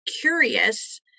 curious